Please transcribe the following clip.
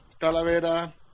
Talavera